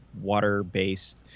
water-based